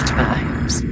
times